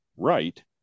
Right